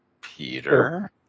Peter